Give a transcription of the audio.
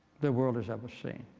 the world has ever seen.